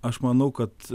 aš manau kad